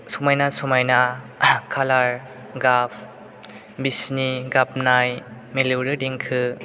समायना समायना कालार गाब बिसोरनि गाबनाय मिलौदो देंखो